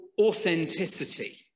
authenticity